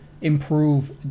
improve